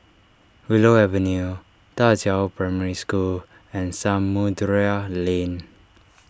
Willow Avenue Da Qiao Primary School and Samudera Lane